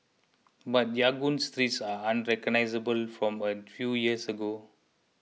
but Yangon's streets are unrecognisable from a few years ago